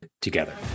together